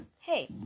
Hey